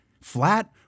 flat